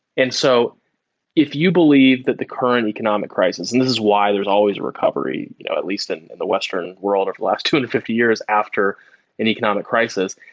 and so if you believe that the current economic crisis, and this is why there is always a recovery, you know at least in and the western world over the last two hundred and fifty years after an economic crisis.